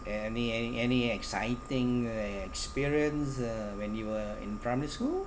any any any exciting experience uh when you were in primary school